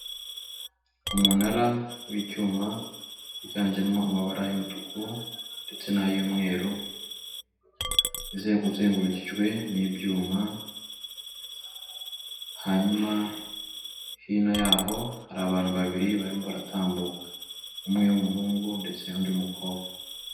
Umunara w'icyuma wiganjemo amabara y'umutuku ndetse n'ay'umweruz, uzengurukijwe n'ibyuma, hanyuma hino y'aho hari abantu babiri barimo baratambuka: umwe w'umuhungu ndetse n'undi w'umukobwa.